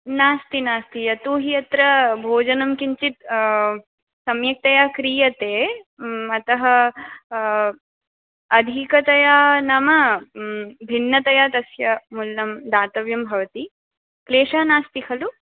नास्ति नास्ति यतो हि अत्र भोजनं किञ्चित् सम्यक्तया क्रियते अतः अधिकतया नाम भिन्नतया तस्य मुल्लं दातव्यं भवति क्लेशः नास्ति खलु